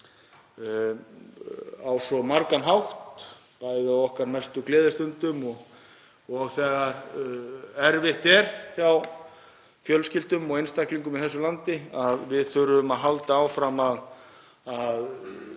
á svo margan hátt, bæði á okkar mestu gleðistundum og þegar erfitt er hjá fjölskyldum og einstaklingum í þessu landi, og við þurfum að halda áfram að